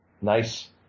Nice